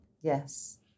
yes